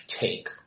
take